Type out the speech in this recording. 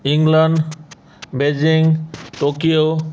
England Beijing Tokyo